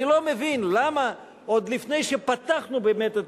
אני לא מבין למה עוד לפני שפתחנו באמת את